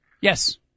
Yes